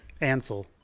Ansel